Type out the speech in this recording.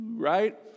right